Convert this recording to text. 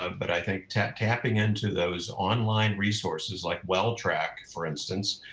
um but i think tapping into those online resources like welltrack for instance,